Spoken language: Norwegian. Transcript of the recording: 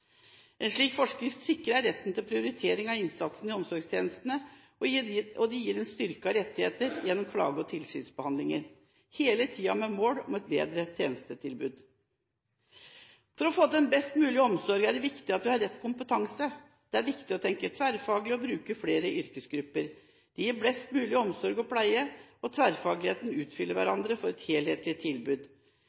En slik forskrift sikrer retten til prioritering av innsatsen i omsorgstjenestene, og den gir styrkede rettigheter gjennom klage- og tilsynsbehandlingen – hele tiden med mål om et bedre tjenestetilbud. For å få til en best mulig omsorg er det viktig at vi har rett kompetanse. Det er viktig å tenke tverrfaglig og bruke flere yrkesgrupper. Det gir best mulig omsorg og pleie når disse utfyller hverandre i et helhetlig tilbud.